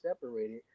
separated